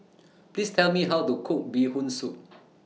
Please Tell Me How to Cook Bee Hoon Soup